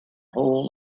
whole